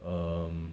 um